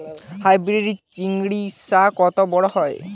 Hybrid চিচিংঙ্গা কত বড় হয়?